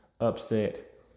Upset